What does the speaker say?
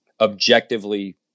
objectively